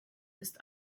ist